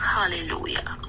hallelujah